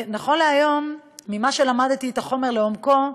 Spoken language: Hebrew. נכון להיום, ממה שלמדתי את החומר לעומקו,